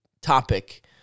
topic